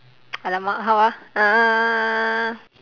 !alamak! how ah uh